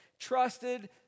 trusted